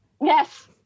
Yes